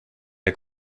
der